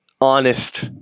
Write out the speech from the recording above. honest